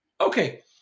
Okay